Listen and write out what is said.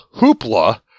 Hoopla